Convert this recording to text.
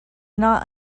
not